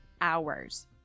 hours